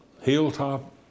Hilltop